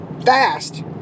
fast